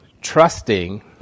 trusting